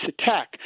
attack